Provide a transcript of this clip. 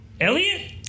Elliot